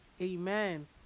Amen